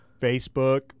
Facebook